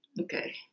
Okay